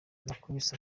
nakubise